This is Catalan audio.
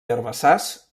herbassars